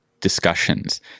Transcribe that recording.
discussions